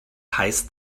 heißt